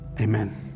amen